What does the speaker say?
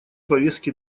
повестке